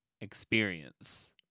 experience